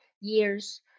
years